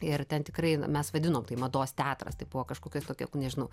ir ten tikrai mes vadinom tai mados teatras tai buvo kažkokia tokia nežinau